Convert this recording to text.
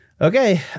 okay